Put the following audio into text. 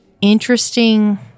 interesting